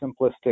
simplistic